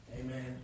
Amen